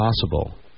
possible